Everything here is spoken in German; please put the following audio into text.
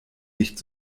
nicht